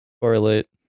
correlate